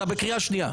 אתה בקריאה שנייה.